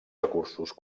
recursos